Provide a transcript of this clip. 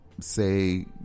say